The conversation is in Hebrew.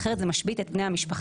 אחרת זה משבית את בני המשפחה,